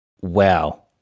Wow